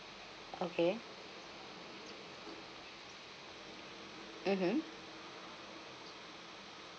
okay mmhmm